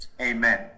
Amen